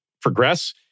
progress